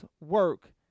work